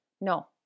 No